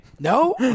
No